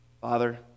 Father